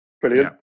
Brilliant